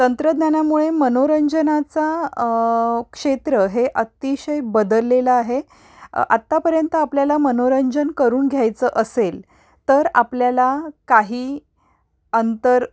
तंत्रज्ञानामुळे मनोरंजनाचा क्षेत्र हे अतिशय बदललेलं आहे आत्तापर्यंत आपल्याला मनोरंजन करून घ्यायचं असेल तर आपल्याला काही अंतर